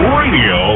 radio